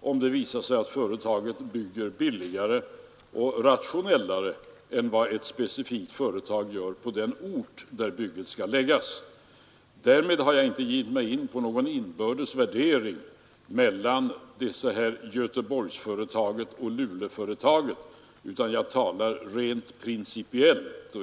om det visar sig att företaget bygger billigare och rationellare än vad ett specifikt företag gör på den ort där bygget skall läggas. Därmed har jag inte givit mig in på någon inbördes värdering av Göteborgsföretaget och Luleåföretaget, utan jag talar rent principiellt.